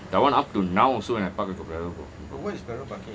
that one up to now also when I park